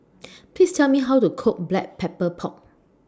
Please Tell Me How to Cook Black Pepper Pork